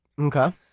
Okay